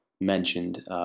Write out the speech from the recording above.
mentioned